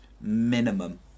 minimum